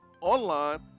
online